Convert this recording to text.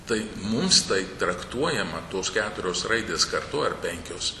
tai mums tai traktuojama tos keturios raidės kartu ar penkios